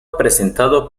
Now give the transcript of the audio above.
presentado